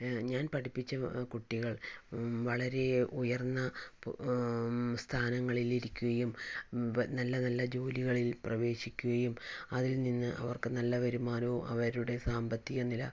ഞാൻ പഠിപ്പിച്ച കുട്ടികൾ വളരെ ഉയർന്ന സ്ഥാനങ്ങളിൽ ഇരിക്കുകയും നല്ല നല്ല ജോലികളിൽ പ്രവേശിക്കുകയും അതിൽ നിന്നും അവർക്ക് നല്ല വരുമാനവും അവരുടെ സാമ്പത്തിക നില